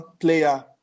player